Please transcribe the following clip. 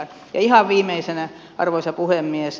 ja ihan viimeisenä arvoisa puhemies